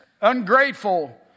ungrateful